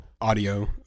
audio